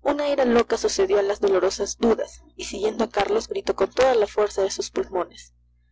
una ira loca sucedió a las dolorosas dudas y siguiendo a carlos gritó con toda la fuerza de sus pulmones